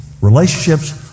Relationships